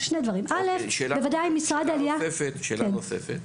שאלה נוספת.